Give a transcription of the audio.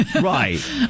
Right